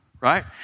right